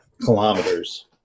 kilometers